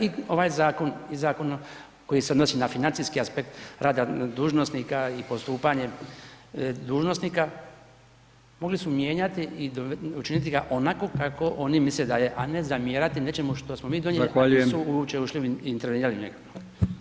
I ovaj zakon i zakon koji se odnosi na financijski aspekt rada dužnosnika i postupanje dužnosnika mogli su mijenjati i učiniti ga onako kako oni misle da je, a ne zamjerati nečemu što smo mi donijeli a nisu uopće ušli u